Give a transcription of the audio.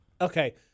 Okay